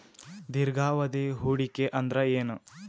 ದೀರ್ಘಾವಧಿ ಹೂಡಿಕೆ ಅಂದ್ರ ಏನು?